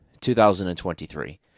2023